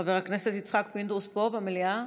חבר הכנסת יצחק פינדרוס פה במליאה?